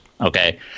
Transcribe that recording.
okay